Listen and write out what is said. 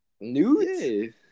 Nudes